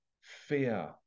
fear